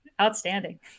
Outstanding